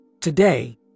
Today